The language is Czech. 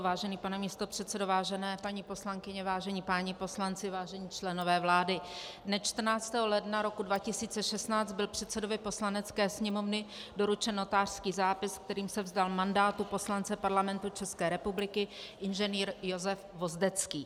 Vážený pane místopředsedo, vážené paní poslankyně, vážení páni poslanci, vážení členové vlády, dne 14. ledna roku 2016 byl předsedovi Poslanecké sněmovny doručen notářský zápis, kterým se vzdal mandátu poslance Parlamentu České republiky inženýr Josef Vozdecký.